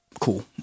cool